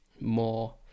more